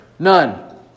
None